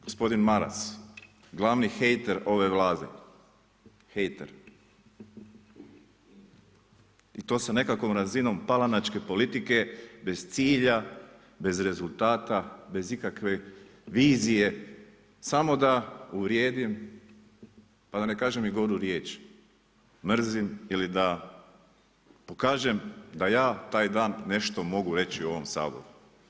Gospodin Maras, glavni hejter ove Vlade, hejter i to sa nekakvom razinom palanačke politike, bez cilja, bez rezultata, bez ikakve vizije samo da uvrijedim pa da ne kažem i goru riječ mrzim ili da pokažem da ja taj dan mogu nešto reći u ovom Saboru.